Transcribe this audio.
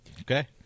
Okay